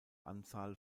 anzahl